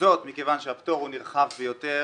וזאת מכיוון שהפטור הוא נרחב ביותר.